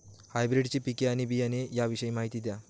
हायब्रिडची पिके आणि बियाणे याविषयी माहिती द्या